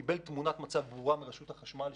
הוא קיבל תמונת מצב ברורה מרשות החשמל,